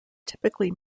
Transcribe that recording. typically